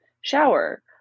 shower